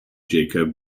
jacob